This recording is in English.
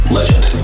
Legend